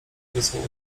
wesoło